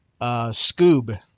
Scoob